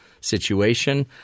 situation